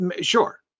Sure